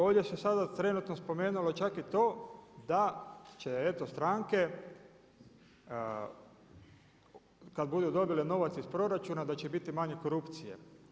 Ovdje se sada trenutno spomenulo čak i to da će eto stranke kad budu dobile novac iz proračuna da će biti manje korupcije.